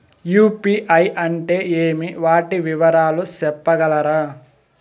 UPI అంటే ఏమి? వాటి వివరాలు సెప్పగలరా?